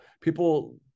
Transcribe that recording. people